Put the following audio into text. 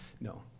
no